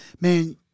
man